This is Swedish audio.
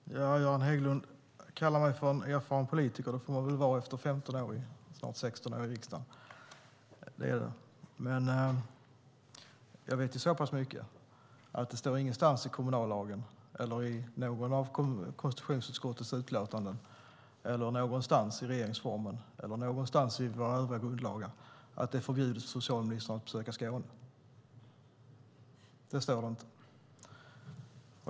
Herr talman! Göran Hägglund kallar mig för en erfaren politiker. Det får man väl vara efter 15, snart 16 år i riksdagen. Jag vet ju så pass mycket att det inte står någonstans i kommunallagen eller i något av konstitutionsutskottets utlåtanden, inte heller någonstans i regeringsformen eller någonstans i våra övriga grundlagar att det är förbjudet för socialministern att besöka Skåne. Det står det inte.